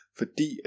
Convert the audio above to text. fordi